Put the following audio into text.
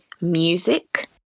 music